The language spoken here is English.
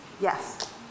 Yes